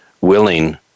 willing